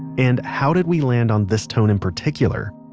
and how did we land on this tone in particular?